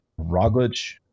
Roglic